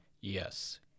Yes